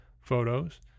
photos